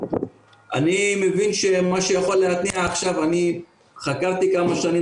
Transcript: אני מבין שמה שיכול להתניע אני חקרתי כמה שנים